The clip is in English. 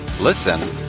Listen